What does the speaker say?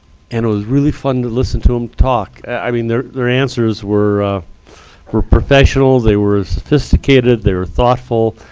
and it was really fun to listen to them um talk. i mean, their their answers were were professional. they were sophisticated. they were thoughtful.